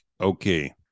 Okay